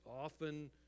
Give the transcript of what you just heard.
often